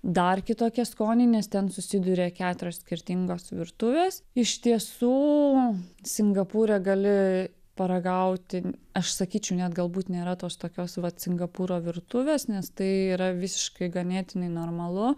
dar kitokie skoniai nes ten susiduria keturios skirtingos virtuvės iš tiesų singapūre gali paragauti aš sakyčiau net galbūt nėra tos tokios vat singapūro virtuvės nes tai yra visiškai ganėtinai normalu